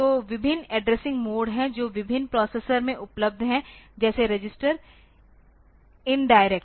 तो विभिन्न addressing mode हैं जो विभिन्न प्रोसेसर में उपलब्ध हैं जैसे रजिस्टर इनडायरेक्ट